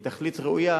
היא תכלית ראויה.